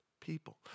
people